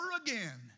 again